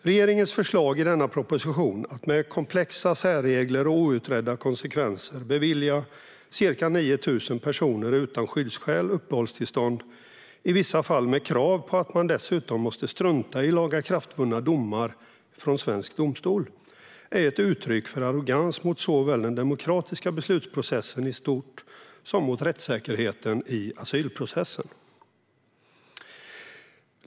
Regeringens förslag i denna proposition, att med komplexa särregler och outredda konsekvenser bevilja ca 9 000 personer utan skyddsskäl uppehållstillstånd, i vissa fall med krav på att man dessutom måste strunta i lagakraftvunna domar i svensk domstol, är ett uttryck för arrogans såväl mot den demokratiska beslutsprocessen i stort som mot rättssäkerheten i asylprocessen.